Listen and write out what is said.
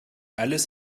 alles